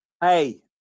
Hey